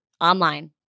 online